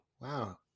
wow